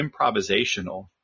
improvisational